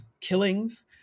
killings